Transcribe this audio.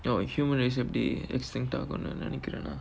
oh human race எப்படி:eppadi extinct ஆகுனு நினைக்கிறேனா:aakunu ninaikkiraenaa